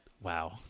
Wow